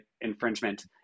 infringement